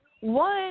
One